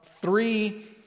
three